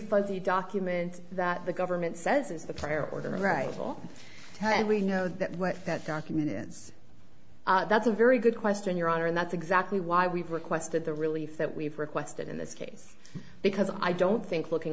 fuzzy documents that the government says is the player or the rightful head we know that what that document is that's a very good question your honor and that's exactly why we've requested the relief that we've requested in this case because i don't think looking